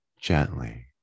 gently